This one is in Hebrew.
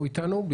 ברנע.